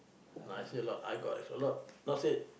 no I see a lot I got is a lot not say